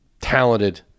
talented